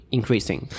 Increasing